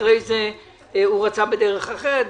הוא רצה בדרך אחרת,